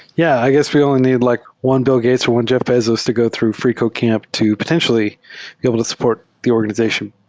yeah, i guess we only need like one bill gates or one jeff bezos to go through freecodecamp to potentially be able to support the organization.